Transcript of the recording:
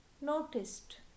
noticed